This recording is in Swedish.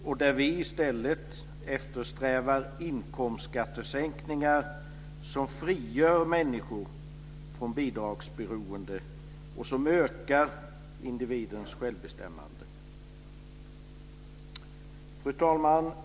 Vi eftersträvar i stället inkomstskattesänkningar som frigör människor från bidragsberoende och som ökar individens självbestämmande. Fru talman!